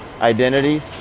identities